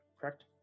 correct